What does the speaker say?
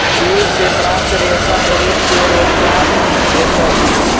चीड़ से प्राप्त रेशा गरीब के रोजगार देतइ